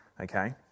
Okay